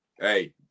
Hey